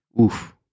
Oof